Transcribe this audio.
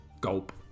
Gulp